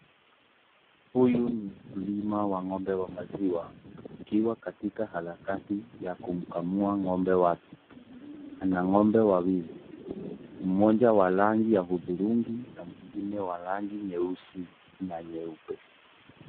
Huyu ni mkulima wa ng'ombe wa maziwa akiwa katika harakati ya kumkamua ng'ombe wake. Ana ng'ombe wawili. Mmoja wa rangi ya hudhurungi na mwengine wa rangi nyeusi na nyeupe.